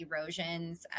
erosions